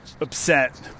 upset